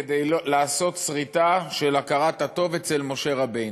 כדי לעשות שריטה של הכרת הטוב אצל משה רבנו.